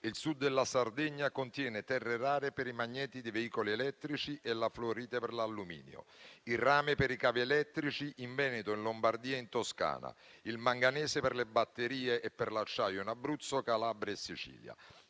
Il Sud della Sardegna contiene terre rare per i magneti dei veicoli elettrici e la fluorite per l'alluminio; il rame per i cavi elettrici si trova in Veneto, in Lombardia e in Toscana, il manganese per le batterie e per l'acciaio in Abruzzo, Calabria e Sicilia.